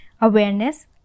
awareness